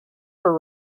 for